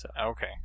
Okay